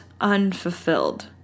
unfulfilled